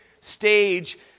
stage